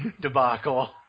debacle